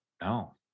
No